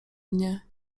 mnie